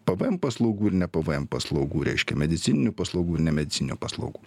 pvm paslaugų ir ne pvm paslaugų reiškia medicininių paslaugų ir ne medicininių paslaugų